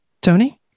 Tony